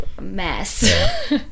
mess